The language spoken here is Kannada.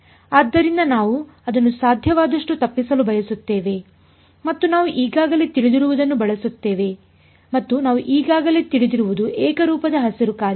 ಆದ್ದರಿಂದ ನಾವು ಅದನ್ನು ಸಾಧ್ಯವಾದಷ್ಟು ತಪ್ಪಿಸಲು ಬಯಸುತ್ತೇವೆ ಮತ್ತು ನಾವು ಈಗಾಗಲೇ ತಿಳಿದಿರುವದನ್ನು ಬಳಸುತ್ತೇವೆ ಮತ್ತು ನಾವು ಈಗಾಗಲೇ ತಿಳಿದಿರುವುದು ಏಕರೂಪದ ಹಸಿರು ಕಾರ್ಯ